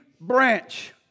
branch